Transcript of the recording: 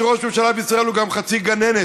שראש ממשלה בישראל הוא גם חצי גננת.